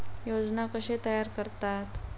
योजना कशे तयार करतात?